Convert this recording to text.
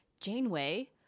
Janeway